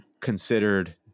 considered